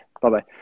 Bye-bye